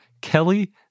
Kelly